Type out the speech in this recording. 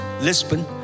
Lisbon